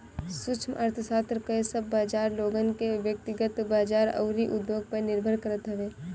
सूक्ष्म अर्थशास्त्र कअ सब बाजार लोगन के व्यकतिगत बाजार अउरी उद्योग पअ निर्भर करत हवे